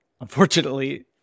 unfortunately